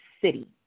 city